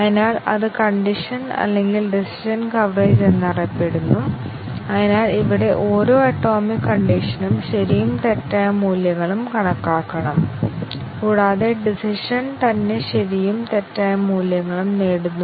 അതിനാൽ ഞങ്ങൾ അത് ചെയ്യുകയാണെങ്കിൽ ഡിസിഷൻ ടെസ്റ്റിങ് ഒരു പ്രോഗ്രാമിൽ ഞങ്ങൾക്ക് മുഴുവൻ കണ്ടീഷണൽ എക്സ്പ്രെഷൻ ആണ് ഉള്ളത് ടെസ്റ്റ് കേസുകൾ അവയെ ശരിയും തെറ്റും വിലയിരുത്തുന്നു